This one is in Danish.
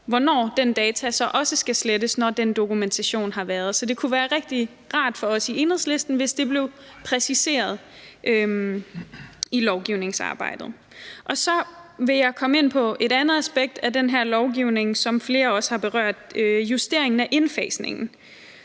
hvornår disse data så også skal slettes, når de er blevet brugt til dokumentation, så det kunne være rigtig rart for os i Enhedslisten, hvis det blev præciseret i lovgivningsarbejdet. Så vil jeg komme ind på et andet aspekt af den her lovgivning, som flere også har berørt, nemlig justeringen af indfasningen.